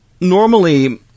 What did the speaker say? Normally